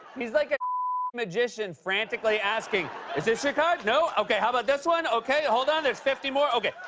he's like a magician frantically asking, is this your card? no? okay. how about this one? okay. hold on. there's fifty more. okay.